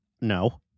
No